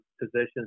positions